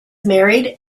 married